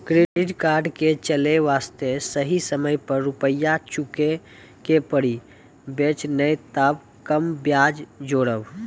Credit card के चले वास्ते सही समय पर रुपिया चुके के पड़ी बेंच ने ताब कम ब्याज जोरब?